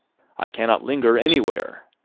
i cannot linger anywhere.